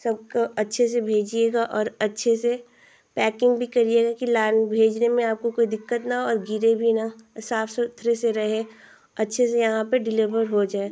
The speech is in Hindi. सबको अच्छे से भेजिएगा और अच्छे से पैकिन्ग भी करिएगा कि लान भेजने में आपको कोई दिक्कत न हो और गिरे भी न साफ़ सुथरे से रहे अच्छे से यहाँ पर डिलिवर हो जाए